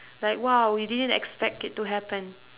like !wow! we didn't expect it to happen